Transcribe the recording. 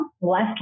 less